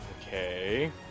Okay